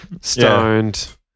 Stoned